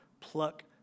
pluck